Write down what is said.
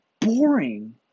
boring